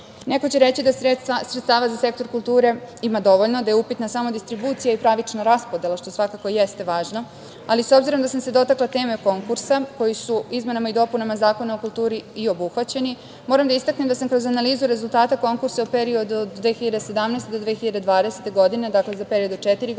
će reći da sredstava za sektor kulture ima dovoljno, da je upitna samo distribucija i pravična raspodela, što svakako jeste važno, ali s obzirom da sam se dotakla teme konkursa koji su izmenama i dopunama Zakona o kulturi i obuhvaćeni, moram da istaknem da sam kroz analizu rezultata konkursa, period od 2017. godine do 2020. godine, dakle, za period od četiri godine